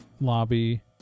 lobby